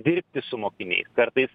dirbti su mokiniai kartais